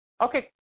Okay